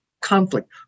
conflict